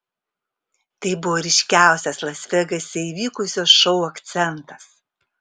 tai buvo ryškiausias las vegase įvykusio šou akcentas